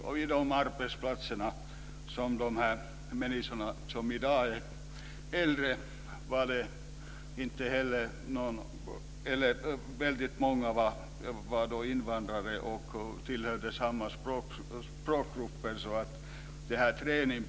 Många tillhörde större invandrarspråkgrupper och fick inte så bra språkträning.